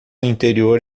interior